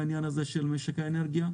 בעניין הזה של משק האנרגיה?